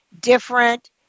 different